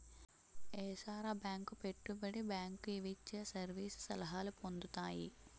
ఏసార bank పెట్టుబడి bank ఇవిచ్చే service సలహాలు పొందుతాయి